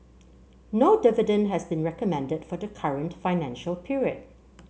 no dividend has been recommended for the current financial period